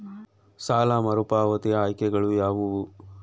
ಸಾಲ ಮರುಪಾವತಿ ಆಯ್ಕೆಗಳು ಯಾವುವು?